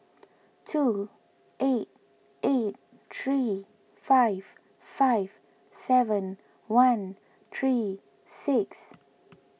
two eight eight three five five seven one three six